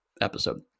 episode